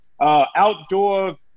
outdoor